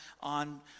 on